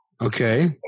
Okay